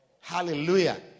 Hallelujah